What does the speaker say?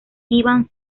iban